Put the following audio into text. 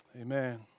Amen